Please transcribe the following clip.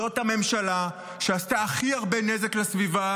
זאת הממשלה שעשתה הכי הרבה נזק לסביבה